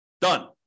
Done